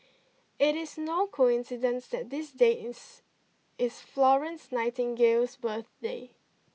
it is no coincidence that this date is is Florence Nightingale's birthday